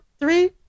Three